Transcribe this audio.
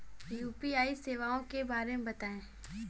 UPI सेवाओं के बारे में बताएँ?